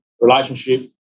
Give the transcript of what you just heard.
relationship